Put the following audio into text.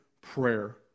prayer